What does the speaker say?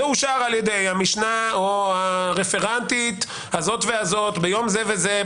זה אושר על ידי המשנה או הרפרנטית זאת ביום זה וזה,